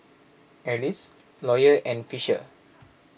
Alys Lawyer and Fisher